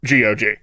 GOG